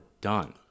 done